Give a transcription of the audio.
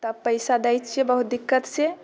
तब पैसा दै छियै बहुत दिक्कतसँ